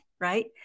Right